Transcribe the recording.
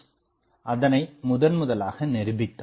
Bose அதனை முதன்முதலாக நிரூபித்தார்